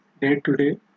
day-to-day